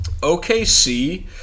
OKC